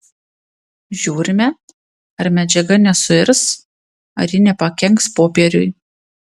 žiūrime ar medžiaga nesuirs ar ji nepakenks popieriui